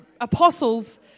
apostles